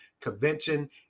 convention